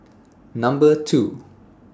Number two